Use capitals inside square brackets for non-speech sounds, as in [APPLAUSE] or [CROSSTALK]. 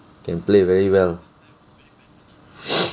can play very well [BREATH]